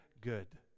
good